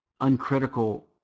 uncritical